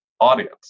audience